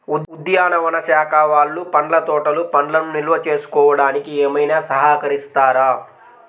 ఉద్యానవన శాఖ వాళ్ళు పండ్ల తోటలు పండ్లను నిల్వ చేసుకోవడానికి ఏమైనా సహకరిస్తారా?